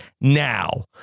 now